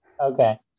Okay